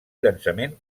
llançament